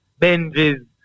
Benji's